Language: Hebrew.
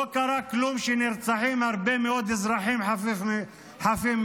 לא קרה כלום כשנרצחים הרבה מאוד אזרחים חפים מפשע,